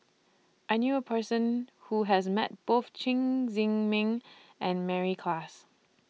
I knew A Person Who has Met Both Chen Zhiming and Mary Klass